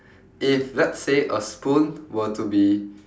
if let's say a spoon were to be